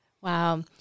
Wow